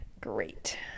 Great